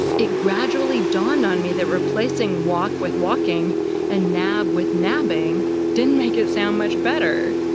it gradually dawned on me that replacing walk with walking and nab with nabbing didn't make it sound much better.